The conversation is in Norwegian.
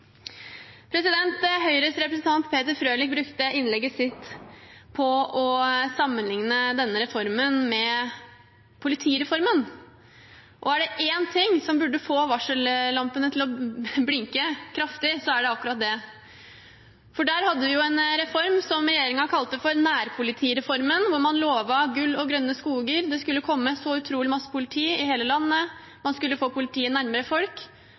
Høyres representant Peter Frølich brukte innlegget sitt på å sammenligne denne reformen med politireformen. Er det én ting som burde få varsellampene til å blinke kraftig, er det akkurat det, for der hadde vi jo en reform som regjeringen kalte nærpolitireformen, hvor man lovte gull og grønne skoger. Det skulle komme så utrolig masse politi i hele landet, man skulle få politiet nærmere folk.